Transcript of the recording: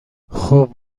خوب